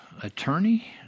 attorney